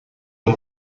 dem